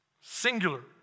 singular